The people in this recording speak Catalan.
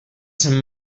sant